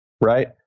right